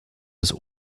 des